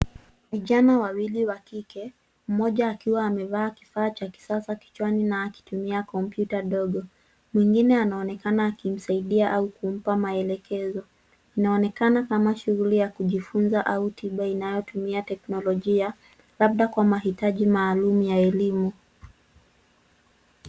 Vijana wawili wa kike, mmoja akiwa amevaa kifaa cha kisasa kichwa na akitumia kompyuta ndogo. Mwingine anaonekana akimsaidia au kumpa maelekezo. Inaonekana kama shughuli ya kujifunza au tiba inayotumia teknolojia, labda kwa mahitaji maalumu ya elimu.